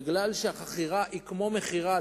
משום שהחכירה היא כמו מכירה,